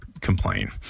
complain